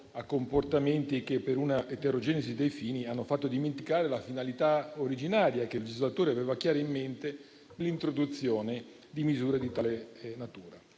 a comportamenti che, per una eterogenesi dei fini, hanno fatto dimenticare la finalità originaria che il legislatore aveva chiara in mente nell'introduzione di misure di tale natura.